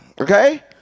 okay